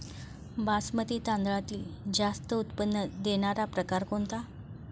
बासमती तांदळातील जास्त उत्पन्न देणारा प्रकार कोणता?